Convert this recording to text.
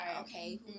Okay